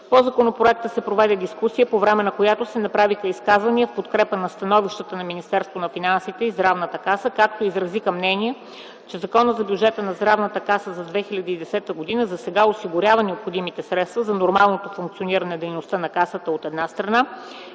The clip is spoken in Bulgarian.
По законопроекта се проведе дискусия, по време на която се направиха изказвания в подкрепа на становищата на Министерството на финансите и Здравната каса, както и се изразиха мнения, че Законът за бюджета на НЗОК за 2010 г. засега осигурява необходимите средства за нормалното функциониране дейността на Касата, от една страна,